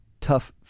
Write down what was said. tough